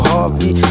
Harvey